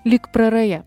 lyg praraja